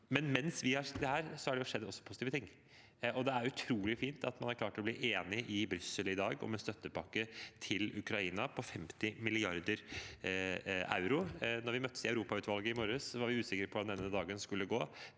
men mens vi har sittet her, har det også skjedd positive ting. Det er utrolig fint at man i dag har klart å bli enige i Brussel om en støttepakke til Ukraina på 50 mrd. euro. Da vi møttes i Europautvalget i morges, var vi usikre på hvordan denne dagen skulle gå,